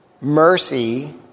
mercy